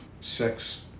sex